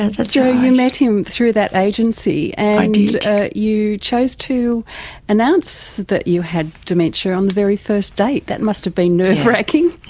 ah you met him through that agency, and you you chose to announce that you had dementia on the very first date. that must have been nerve racking.